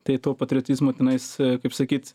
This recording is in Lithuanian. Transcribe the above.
tai to patriotizmo tenais kaip sakyt